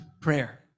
prayer